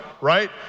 right